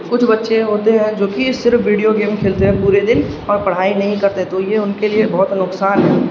کچھ بچے ہوتے ہیں جو کہ صرف ویڈیو گیم کھیلتے ہیں پورے دن اور پڑھائی نہیں کرتے تو یہ ان کے لیے بہت نقصان ہے